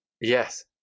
Yes